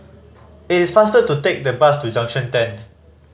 it is faster to take the bus to Junction Ten